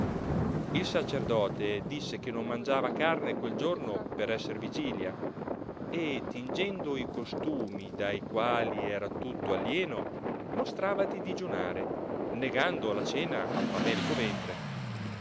il sacerdote disse to che non mangiava carne quel giorno per esser vigilia e tingendo i costumi da i quali era tutto alieno mostrava di digiunare negando la cena al famelico ventre